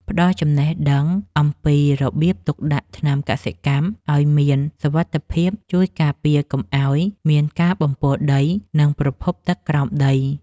ផ្ដល់ចំណេះដឹងអំពីរបៀបទុកដាក់ថ្នាំកសិកម្មឱ្យមានសុវត្ថិភាពជួយការពារកុំឱ្យមានការបំពុលដី និង ប្រភពទឹកក្រោមដី។